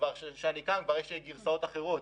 כשאני קם, כבר יש גרסאות אחרות.